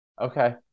Okay